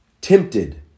tempted